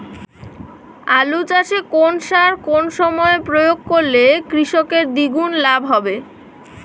আলু চাষে কোন সার কোন সময়ে প্রয়োগ করলে কৃষকের দ্বিগুণ লাভ হবে?